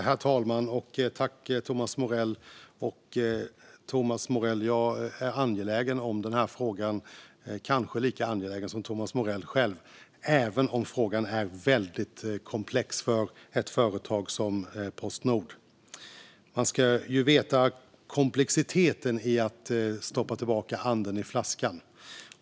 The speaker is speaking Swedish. Herr talman! Den här frågan är angelägen för mig - kanske lika angelägen för mig som den är för Thomas Morell själv - även om frågan är väldigt komplex för ett företag som Postnord. Man ska vara medveten om komplexiteten i att stoppa tillbaka anden i flaskan.